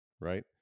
right